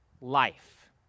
life